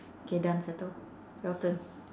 K done settle your turn